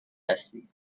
هستی